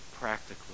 practically